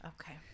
Okay